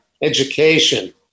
education